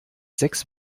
sechs